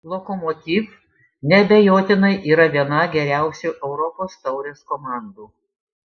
lokomotiv neabejotinai yra viena geriausių europos taurės komandų